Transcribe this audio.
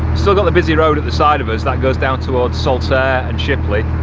still got the busy road at the side of us that goes down towards saltaire and shipley